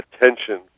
attention